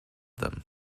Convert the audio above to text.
them